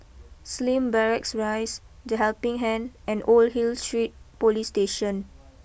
Slim Barracks Rise the Helping Hand and Old Hill Street police Station